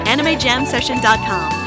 AnimeJamSession.com